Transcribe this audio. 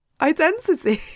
identity